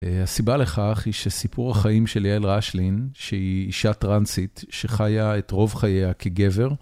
הסיבה לכך היא שסיפור החיים של ליאל ראשלין, שהיא אישה טרנסית, שחיה את רוב חייה כגבר.